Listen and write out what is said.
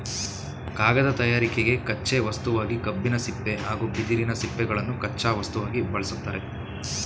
ಕಾಗದ ತಯಾರಿಕೆಗೆ ಕಚ್ಚೆ ವಸ್ತುವಾಗಿ ಕಬ್ಬಿನ ಸಿಪ್ಪೆ ಹಾಗೂ ಬಿದಿರಿನ ಸಿಪ್ಪೆಗಳನ್ನು ಕಚ್ಚಾ ವಸ್ತುವಾಗಿ ಬಳ್ಸತ್ತರೆ